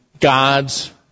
God's